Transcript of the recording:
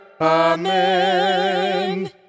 Amen